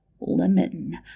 lemon